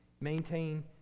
maintain